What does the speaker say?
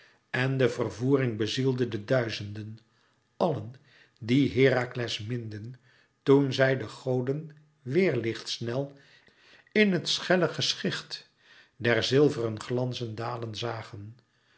en de vervoering bezielde de duizenden àllen die herakles minden toen zij de goden weêrlichtsnel in het schelle geschicht der zilveren glanzen dalen zagen